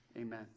amen